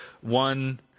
One